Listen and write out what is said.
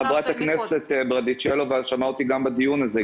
חברת הכנסת ברדץ' יאלוב שמעה אותי גם בדיון הזה.